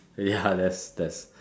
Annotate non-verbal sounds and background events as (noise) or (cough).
ya (laughs) that's that's